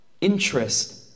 interest